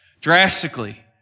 drastically